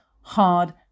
hard